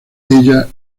ella